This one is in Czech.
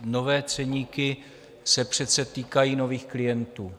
Nové ceníky se přece týkají nových klientů.